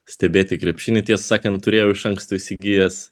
stebėti krepšinį tiesą sakant turėjau iš anksto įsigijęs